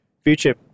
future